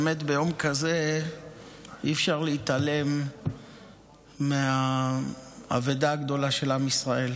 באמת ביום כזה אי-אפשר להתעלם מהאבדה הגדולה לעם ישראל